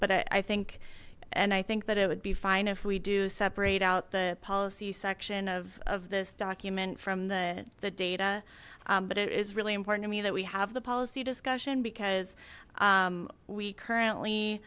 but i think and i think that it would be fine if we do separate out the policy section of this document from the data but it is really important to me that we have the policy discussion because we currently